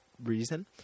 reason